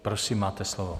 Prosím, máte slovo.